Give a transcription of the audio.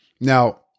Now